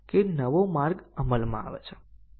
અને આ માટે આપણે મૂલ્યાંકન કરીએ છીએ